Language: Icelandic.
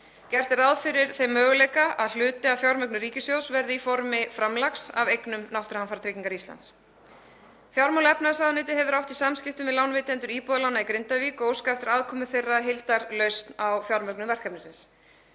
Gert er ráð fyrir þeim möguleika að hluti af fjármögnun ríkissjóðs verði í formi framlags af eignum Náttúruhamfaratryggingar Íslands. Fjármála- og efnahagsráðuneytið hefur átt í samskiptum við lánveitendur íbúðalána í Grindavík og óskað eftir aðkomu þeirra að heildarlausn á fjármögnun verkefnisins.